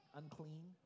unclean